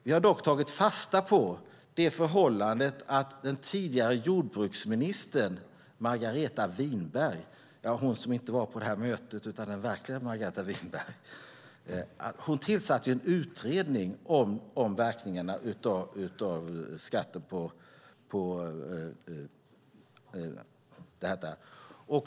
Vi har dock tagit fasta på det förhållande att den tidigare jordbruksministern Margareta Winberg - inte hon som var på det där mötet, utan den verkliga Margareta Winberg - tillsatte en utredning om verkningarna av skatten på detta.